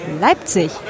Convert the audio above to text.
Leipzig